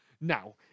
Now